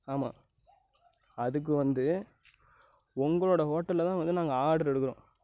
ஆமாம் அதுக்கு வந்து உங்களோடய ஹோட்டலில் தான் வந்து நாங்கள் ஆர்டர் எடுக்கிறோம்